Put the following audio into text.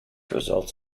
results